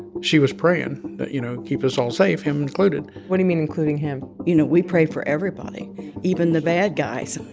she was praying that you know, keep us all safe, him included what do you mean, including him? you know, we prayed for everybody even the bad guys.